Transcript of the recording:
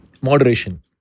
Moderation